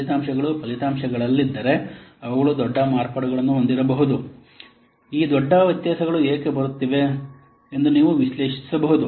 ಫಲಿತಾಂಶಗಳು ಫಲಿತಾಂಶಗಳಲ್ಲಿದ್ದರೆ ಅವುಗಳು ದೊಡ್ಡ ಮಾರ್ಪಾಡುಗಳನ್ನು ಹೊಂದಿರಬಹುದು ಈ ದೊಡ್ಡ ವ್ಯತ್ಯಾಸಗಳು ಏಕೆ ಬರುತ್ತಿವೆ ಎಂದು ನೀವು ವಿಶ್ಲೇಷಿಸಬಹುದು